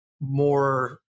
more